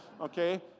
Okay